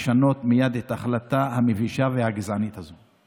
לשנות מייד את ההחלטה המבישה והגזענית הזו.